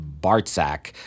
Bartzak